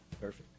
Perfect